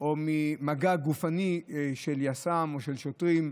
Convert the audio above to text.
או ממגע גופני של יס"מ או של שוטרים.